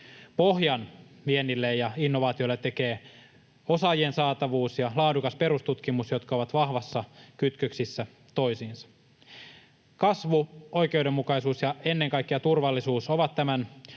Pohjan viennille ja innovaatioille tekevät osaajien saatavuus ja laadukas perustutkimus, jotka ovat vahvoissa kytköksissä toisiinsa. Kasvu, oikeudenmukaisuus ja ennen kaikkea turvallisuus ovat tämän